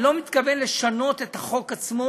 אני לא מתכוון לשנות את החוק עצמו,